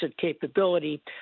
capability